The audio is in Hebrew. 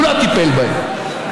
הוא לא טיפל בהן,